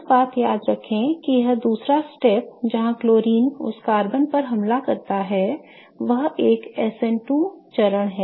एक बात याद रखें कि यह दूसरा चरण जहां क्लोरीन उस कार्बन पर हमला करता है वह एक SN2 चरण है